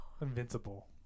Invincible